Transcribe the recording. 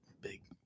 big